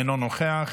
אינו נוכח,